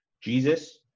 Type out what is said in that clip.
Jesus